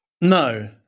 No